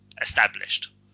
established